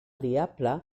diable